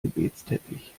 gebetsteppich